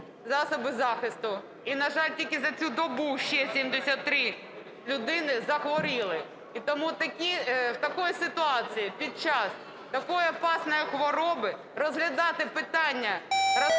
засоби захисту. І, на жаль, тільки за цю добу ще 73 людини захворіли. І тому в такій ситуації під час такої небезпечної хвороби розглядати питання